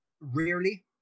rarely